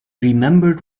remembered